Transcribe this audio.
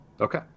Okay